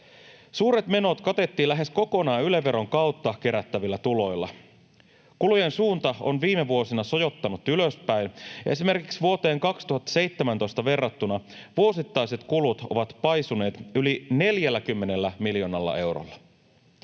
Suuret menot katettiin lähes kokonaan Yle-veron kautta kerättävillä tuloilla. Kulujen suunta on viime vuosina sojottanut ylöspäin: esimerkiksi vuoteen 2017 verrattuna vuosittaiset kulut ovat paisuneet yli 40 miljoonalla eurolla.